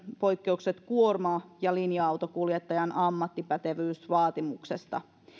poikkeukset kuorma ja linja autonkuljettajan ammattipätevyysvaatimuksesta